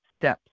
steps